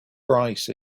rice